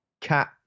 cat